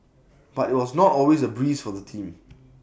but IT was not always A breeze for the team